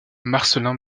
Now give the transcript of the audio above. marcellin